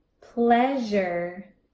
pleasure